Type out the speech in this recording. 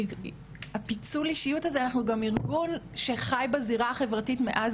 תוך כדי הפיצול אישיות הזה אנחנו גם ארגון שחי בזירה החברתית מאז